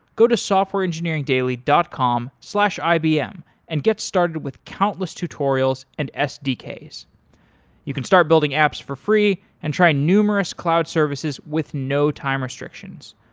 go to softwareengineeringdaily dot com slash ibm and get started with countless tutorials and sdks. you can start building apps for free and try numerous cloud services with no time restrictions.